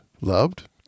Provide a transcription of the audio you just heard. loved